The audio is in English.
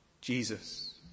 jesus